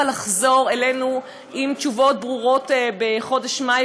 לחזור אלינו עם תשובות ברורות בחודש מאי,